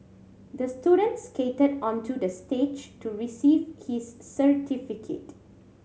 the student skated onto the stage to receive his certificate